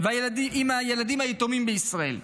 עם הילדים היתומים בישראל,